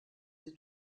sie